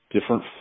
different